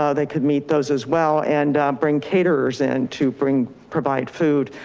ah they could meet those as well and bring caterers in to bring, provide food,